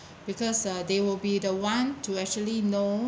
because uh they will be the one to actually know